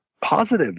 positive